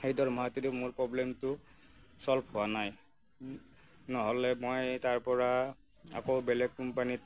সেই দৰমহাটো দি মোৰ প্ৰব্লেমটো চ'ল্ভ হোৱা নাই নহ'লে মই তাৰ পৰা আকৌ বেলেগ কোম্পানীত